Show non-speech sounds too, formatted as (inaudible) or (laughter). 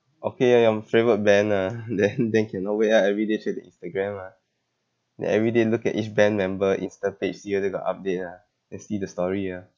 okay ya your favourite band ah (laughs) then (laughs) then cannot wait ah every day check their instagram ah then every day look at each band member insta page see whether got update ah and see the story ah